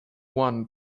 one